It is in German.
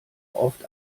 oft